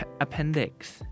appendix